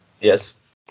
Yes